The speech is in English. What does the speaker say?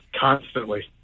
constantly